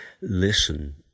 listen